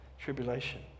tribulation